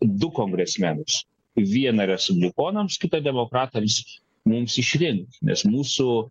du kongresmenus vieną respublikonams kitą demokratams mums išvien nes mūsų